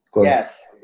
Yes